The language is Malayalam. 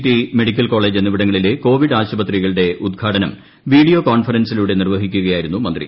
ട്ടി മെഡിക്കൽ കോളേജ് എന്നിവിടങ്ങളിലെ കോവിഡ് ആശ്ശുപിത്രികളുടെ ഉദ്ഘാടനം വീഡിയോ കോൺഫറൻസിലൂട്ടെട്ട് ീനിർവഹിക്കുകയായിരുന്നു മന്ത്രി